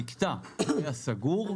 המקטע שהיה סגור,